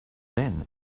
then